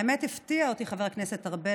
האמת, הפתיע אותי חבר הכנסת ארבל.